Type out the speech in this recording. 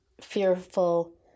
fearful